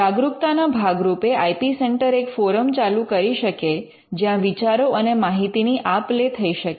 જાગરૂકતા ના ભાગરૂપે આઇ પી સેન્ટર એક ફૉરમ ચાલુ કરી શકે જ્યાં વિચારો અને માહિતીની આપ લે થઈ શકે